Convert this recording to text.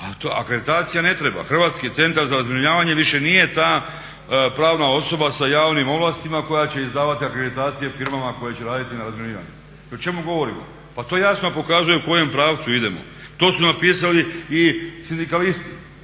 akreditacija ne treba. Hrvatski centar za razminiravanje više nije ta pravna osoba sa javnim ovlastima koja će izdavati akreditacije firmama koje će raditi na razminiranju. I o čemu govorimo? Pa to jasno pokazuje u kojem pravcu idemo. To su napisali i sindikalisti,